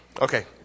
Okay